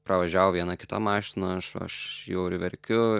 pravažiavo viena kita mašina aš aš jau ir verkiu